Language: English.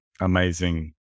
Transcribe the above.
amazing